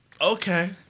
Okay